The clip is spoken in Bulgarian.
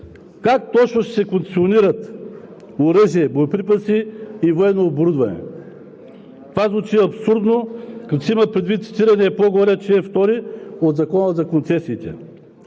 Как точно ще се концесионират оръжия, боеприпаси и военно оборудване? Това звучи абсурдно, като се има предвид цитираният по-горе чл. 2 от Закона за концесиите.